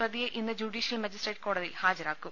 പ്രതിയെ ഇന്ന് judicial magistrate കോടതിയിൽ ഹാജരാക്കും